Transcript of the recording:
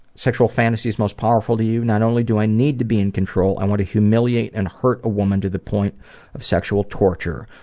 sexual fantasies most powerful to you not only do i need to be in control i and want to humiliate and hurt a woman to the point of sexual torture.